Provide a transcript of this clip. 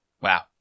Wow